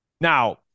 Now